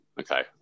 Okay